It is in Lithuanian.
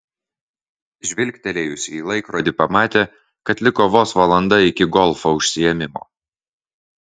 žvilgtelėjusi į laikrodį pamatė kad liko vos valanda iki golfo užsiėmimo